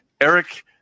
Eric